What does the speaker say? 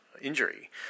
injury